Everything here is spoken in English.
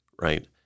right